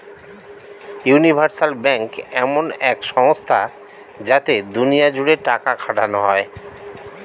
universal bank এমন এক সংস্থা যাতে দুনিয়া জুড়ে টাকা খাটানো যায়